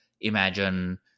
imagine